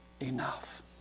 Enough